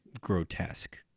grotesque